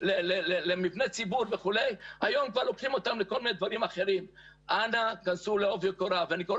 לבוא היום ולהגיד שהמדינה לא עוזרת להם, אני חושב